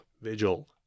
Vigil